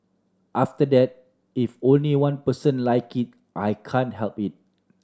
after that if only one person like it I can't help it